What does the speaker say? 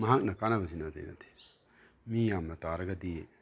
ꯃꯍꯥꯛꯅ ꯀꯥꯟꯅꯕꯗꯤ ꯅꯠꯇꯤ ꯅꯠꯇꯦ ꯃꯤ ꯌꯥꯝꯅ ꯇꯥꯔꯒꯗꯤ